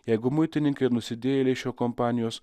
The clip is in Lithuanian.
jeigu muitininkai nusidėjėliai iš jo kompanijos